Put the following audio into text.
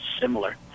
similar